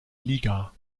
liga